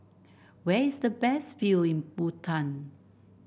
where is the best view in Bhutan